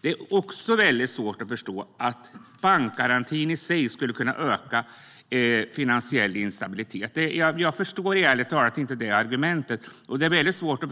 Det är väldigt svårt att förstå att bankgarantin i sig skulle kunna öka den finansiella instabiliteten. Jag förstår ärligt talat inte det argumentet, och det är väldigt svårt